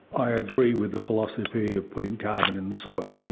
i agree with the philosophy of putting carbon in the soil.